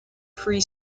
free